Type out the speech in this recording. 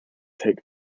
take